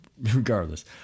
regardless